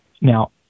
Now